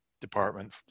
department